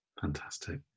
fantastic